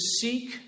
seek